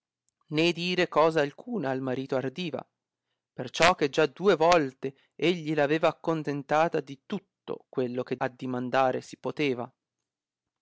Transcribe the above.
né dire cosa alcuna al marito ardiva perciò che già due volte egli l aveva accontentata di tutto quello che addimandare si poteva